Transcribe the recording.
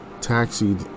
taxied